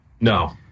No